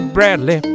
Bradley